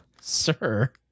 sir